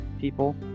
people